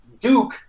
Duke